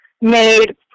made